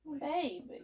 Baby